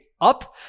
Up